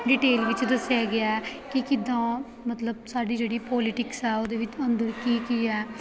detail ਵਿੱਚ ਦੱਸਿਆ ਗਿਆ ਕਿ ਕਿੱਦਾਂ ਮਤਲਬ ਸਾਡੀ ਜਿਹੜੀ ਪੋਲਿਟਿਕਸ ਆ ਉਹਦੇ ਵਿੱਚ ਅੰਦਰ ਕੀ ਕੀ ਹੈ